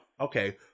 Okay